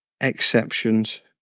exceptions